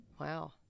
Wow